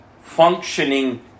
functioning